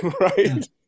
right